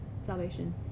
salvation